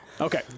okay